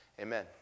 Amen